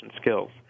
skills